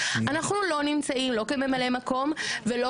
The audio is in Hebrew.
אנחנו לא נמצאים לא כממלאי מקום ולא